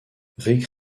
rick